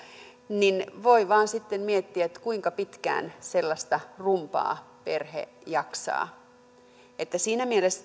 niin voi vain miettiä kuinka pitkään sellaista rumbaa perhe jaksaa siinä mielessä